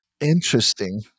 Interesting